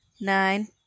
nine